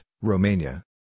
Romania